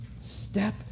step